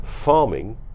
farming